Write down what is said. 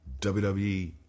WWE